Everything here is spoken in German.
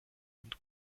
und